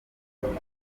dufite